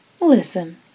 Listen